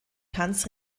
tanz